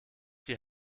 die